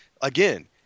again